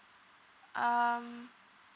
um